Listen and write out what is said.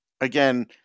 again